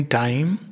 time